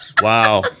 Wow